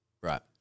Right